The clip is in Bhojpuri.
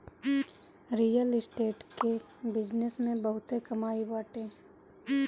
रियल स्टेट के बिजनेस में बहुते कमाई बाटे